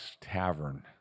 Tavern